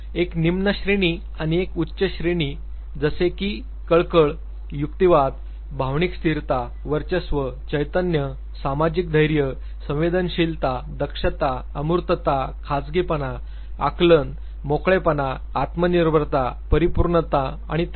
एक निम्नश्रेणी आणि एक उच्च श्रेणी जसे की कळकळ युक्तिवाद भावनिक स्थिरता वर्चस्व चैतन्य सामाजिक धैर्य संवेदनशीलता दक्षता अमूर्तता खाजगीपणा आकलन मोकळेपणा आत्मनिर्भरता परिपूर्णता आणि तणाव